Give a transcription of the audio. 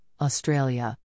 Australia